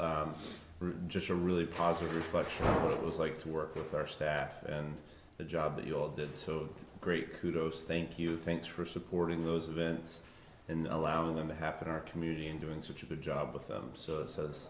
off just a really positive function what it was like to work with our staff and the job that you all did so great kudos thank you think for supporting those events in allowing them to happen our community and doing such a good job with them so says